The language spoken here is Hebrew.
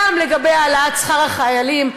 גם לגבי העלאת שכר החיילים,